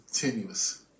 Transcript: continuous